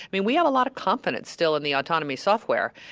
we we have a lot of confidence still in the autonomy software,